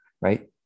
right